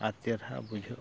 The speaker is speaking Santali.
ᱟᱨ ᱪᱮᱨᱦᱟ ᱵᱩᱡᱷᱟᱹᱜᱼᱟ